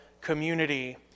community